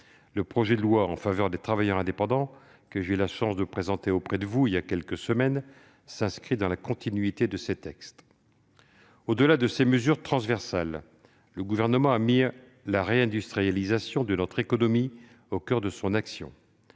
Le projet de loi en faveur de l'activité professionnelle indépendante, que j'ai eu la chance de présenter devant le Sénat voilà quelques semaines, s'inscrit dans la continuité de ces textes. Au-delà de ces mesures transversales, le Gouvernement a mis la réindustrialisation de notre économie au coeur de son action,